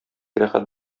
рәхәт